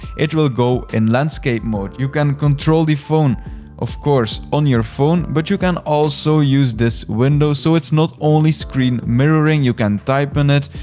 it will go in landscape mode. you can control the phone of course, on your phone, but you can also use this window. so it's not only screen mirroring. you can type in it,